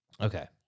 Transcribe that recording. Okay